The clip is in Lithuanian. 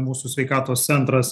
mūsų sveikatos centras